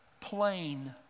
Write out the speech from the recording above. plain